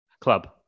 Club